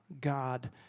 God